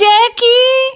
Jackie